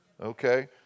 Okay